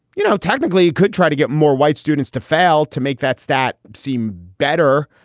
you know, technically you could try to get more white students to fail to make that stat seem better.